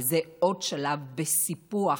וזה עוד שלב בסיפוח,